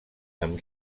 amb